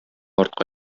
артка